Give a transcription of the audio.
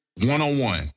one-on-one